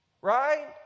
right